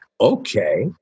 okay